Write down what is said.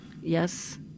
Yes